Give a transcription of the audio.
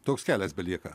toks kelias belieka